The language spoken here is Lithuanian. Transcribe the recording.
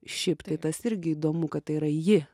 šiaip tai tas irgi įdomu kad tai yra ji